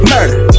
Murder